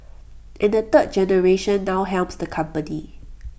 and the third generation now helms the company